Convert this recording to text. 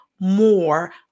more